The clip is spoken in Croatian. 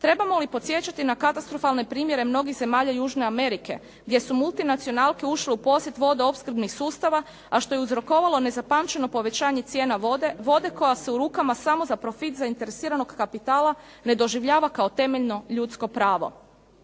Trebamo li podsjećati na katastrofalne primjere mnogih zemalja južne Amerike gdje su multinacionalke ušle u posjed vodoopskrbnih sustava, a što je uzrokovalo nezapamćeno povećanje cijena vode koja su u rukama samo za profit zainteresiranog kapitala ne doživljava kao temeljno ljudsko pravo.